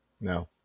No